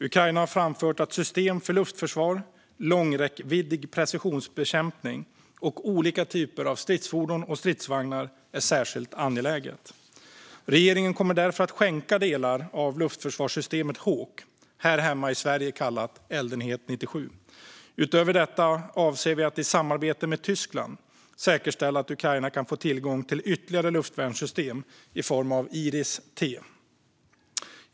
Ukraina har framfört att system för luftförsvar, långräckviddig precisionsbekämpning och olika typer av stridsfordon och stridsvagnar är särskilt angeläget. Regeringen kommer därför att skänka delar av luftförsvarssystemet HAWK, här i Sverige kallat eldenhet 97. Utöver detta avser vi att i samarbete med Tyskland säkerställa att Ukraina kan få tillgång till ytterligare luftvärnssystem i form av IRIS-T.